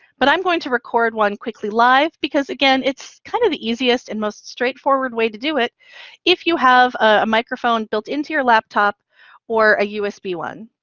but i'm going to record one quickly live because again, it's kind of the easiest and most straightforward way to do it if you have a microphone built into your laptop or a usb one.